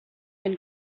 and